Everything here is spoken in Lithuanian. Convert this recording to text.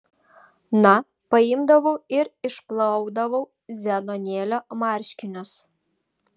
na paimdavau ir išplaudavau zenonėlio marškinius